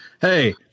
hey